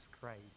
Christ